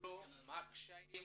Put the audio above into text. מה הקשיים